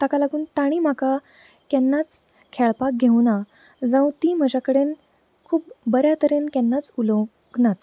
ताका लागून ताणी म्हाका केन्नाच खेळपाक घेवूना जावं तीं म्हज्या कडेन खूब बऱ्यातरेन केन्नाच उलोवंक नात